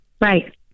right